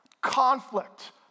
conflict